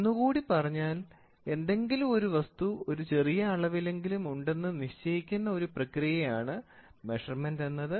ഒന്നുകൂടി പറഞ്ഞാൽ എന്തെങ്കിലും ഒരു വസ്തു ഒരു ചെറിയ അളവിലെങ്കിലും ഉണ്ടെന്ന് നിശ്ചയിക്കുന്ന ഒരു പ്രക്രിയയാണ് മെഷർമെൻറ് എന്നത്